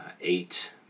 Eight